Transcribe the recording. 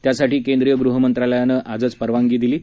त्यासाठी केंद्रीय गृह मंत्रालयानं आजच परवानगी दिली आहे